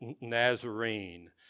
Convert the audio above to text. Nazarene